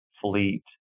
fleet